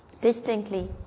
distinctly